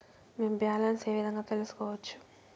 మేము బ్యాలెన్స్ ఏ విధంగా తెలుసుకోవచ్చు?